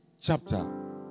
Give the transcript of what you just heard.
chapter